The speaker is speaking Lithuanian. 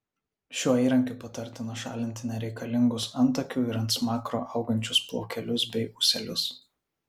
šiuo įrankiu patartina šalinti nereikalingus antakių ir ant smakro augančius plaukelius bei ūselius